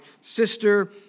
sister